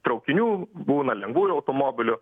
traukinių būna lengvųjų automobilių